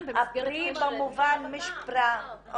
במסגרת קשר- -- פרי במובן -- -אוקיי.